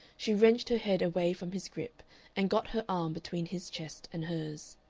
she wrenched her head away from his grip and got her arm between his chest and hers.